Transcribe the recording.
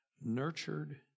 nurtured